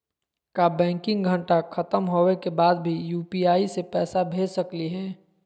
का बैंकिंग घंटा खत्म होवे के बाद भी यू.पी.आई से पैसा भेज सकली हे?